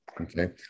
Okay